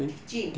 teaching